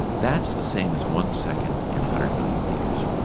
that's the same as one second in hundred million years.